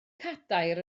cadair